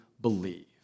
believe